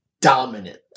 dominant